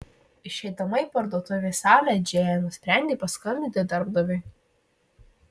išeidama į parduotuvės salę džėja nusprendė paskambinti darbdaviui